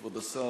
כבוד השר,